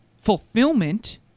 Fulfillment